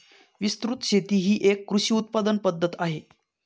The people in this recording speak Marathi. विस्तृत शेती ही एक कृषी उत्पादन पद्धत आहे